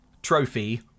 trophy